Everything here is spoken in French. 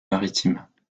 maritimes